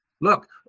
Look